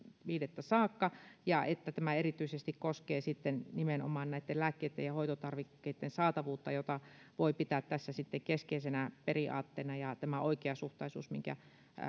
viidettä saakka ja tämä koskee nimenomaan näitten lääkkeitten ja hoitotarvikkeiden saatavuutta jota voi pitää tässä keskeisenä periaatteena tämä oikeasuhtaisuus minkä